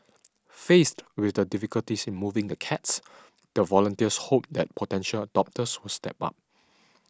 faced with the difficulties in moving the cats the volunteers hope that potential adopters will step up